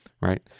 right